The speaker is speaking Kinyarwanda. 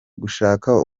gushaka